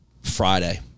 Friday